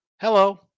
Hello